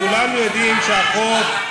כולנו יודעים שהחוק,